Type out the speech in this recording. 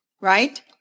right